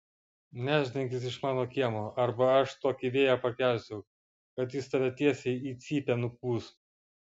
nešdinkis iš mano kiemo arba aš tokį vėją pakelsiu kad jis tave tiesiai į cypę nupūs